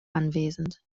anwesend